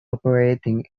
operating